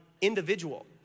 individual